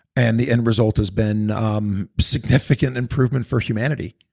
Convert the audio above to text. and the end result has been um significant improvement for humanity